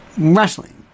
wrestling